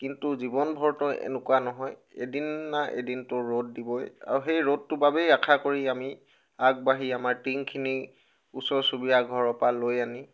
কিন্তু জীৱনভৰতো এনেকুৱা নহয় এদিন না এদিনতো ৰ'দ দিবই আৰু সেই ৰ'দটোৰ বাবেই আশা কৰি আমি আগবাঢ়ি আমাৰ টিংখিনি ওচৰ চুবুৰীয়া ঘৰৰ পৰা লৈ আনি